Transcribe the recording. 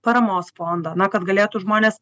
paramos fondą na kad galėtų žmonės